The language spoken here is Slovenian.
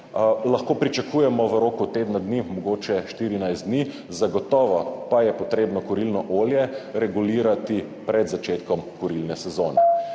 zimo, pričakujemo v roku tedna dni, mogoče 14 dni, zagotovo pa je potrebno kurilno olje regulirati pred začetkom kurilne sezone.